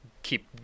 keep